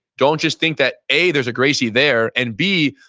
don't just think that a, there's a gracie there, and b,